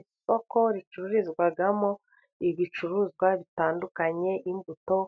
Isoko ricururizwamo ibicuruzwa bitandukanye, imbuto